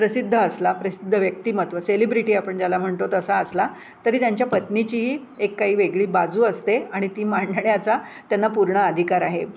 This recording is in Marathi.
प्रसिद्ध असला प्रसिद्ध व्यक्तिमत्व सेलिब्रिटी आपण ज्याला म्हणतो तसा असला तरी त्यांच्या पत्नीचीही एक काही वेगळी बाजू असते आणि ती मांडण्याचा त्यांना पूर्ण अधिकार आहे